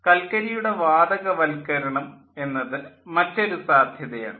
കൽക്കരിയുടെ വാതകവൽക്കരണം എന്നത് മറ്റൊരു സാധ്യത ആണ്